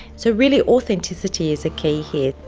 so really authenticity is a key here.